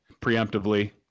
preemptively